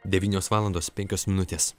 devynios valandos penkios minutės